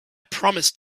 promised